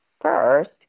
first